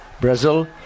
Brazil